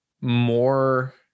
more